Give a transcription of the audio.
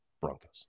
Broncos